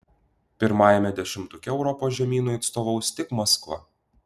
pirmajame dešimtuke europos žemynui atstovaus tik maskva